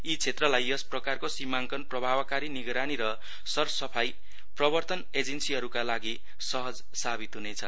यी क्षेत्रलाई यस प्रकारको सीमाङकन प्रभावकारी निगरानी र सरसफाई प्रवर्तन एजेन्सिहरूका लागि सहज सावित हुनेछ